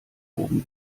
oben